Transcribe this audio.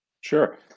sure